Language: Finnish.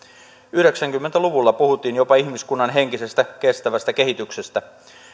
yhdeksänkymmentä luvulla puhuttiin jopa ihmiskunnan henkisestä kestävästä kehityksestä